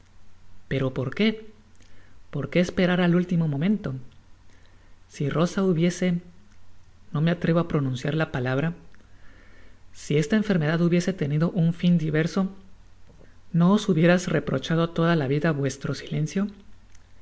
tero por qué por qué esperar el último momento si rosa hubiese no me atrevo á pronunciar la palabra si esta enfermedad hubiese tenido un fin diverso no os hubierais reprochado toda la vida vuestro silencio